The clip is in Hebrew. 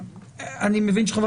יש כאן